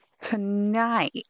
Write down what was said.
tonight